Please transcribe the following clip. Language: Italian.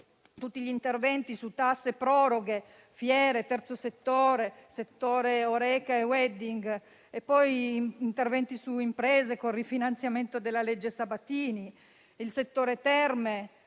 tutti gli interventi su tasse, proroghe, fiere, terzo settore, settore Horeca e *wedding*; e poi interventi su imprese, con rifinanziamento della legge Sabatini, sul settore terme,